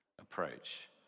approach